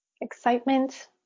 excitement